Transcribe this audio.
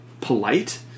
polite